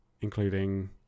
including